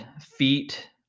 feet